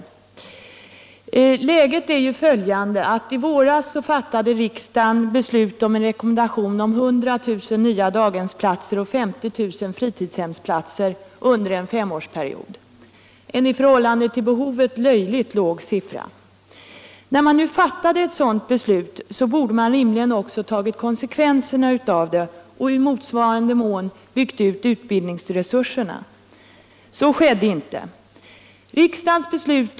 Läget är ju följande: I våras fattade riksdagen beslut om en rekommendation av 100 000 nya daghemsplatser och 50 000 fritidshemsplatser under en femårsperiod — i förhållande till behovet löjligt låga siffror. När man nu fattade ett sådant beslut borde man rimtigen också ha tagit konsekvenserna av det och i motsvarande mån byggt ut utbildningsresurserna. Så skedde inte.